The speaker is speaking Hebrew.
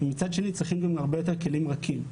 ומצד שני צריכים גם הרבה יותר כלים רכים,